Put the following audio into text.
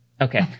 Okay